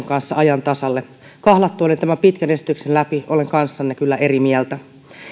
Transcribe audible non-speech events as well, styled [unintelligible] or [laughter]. [unintelligible] kanssa ajan tasalle kahlattuani tämän pitkän esityksen läpi olen kanssanne kyllä eri mieltä